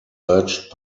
urged